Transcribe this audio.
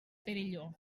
perelló